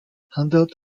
handelt